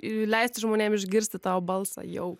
i leisti žmonėm išgirsti tavo balsą jau